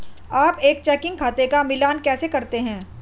आप एक चेकिंग खाते का मिलान कैसे करते हैं?